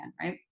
right